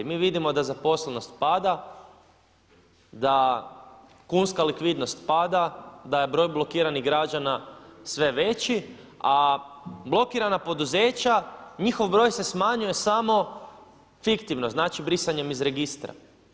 Mi vidimo da zaposlenost pada, da kunska likvidnost pada, da je broj blokiranih građana sve veći a blokirana poduzeća, njihov broj se smanjuje samo fiktivno, znači brisanjem iz registra.